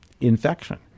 infection